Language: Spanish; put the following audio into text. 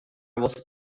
voz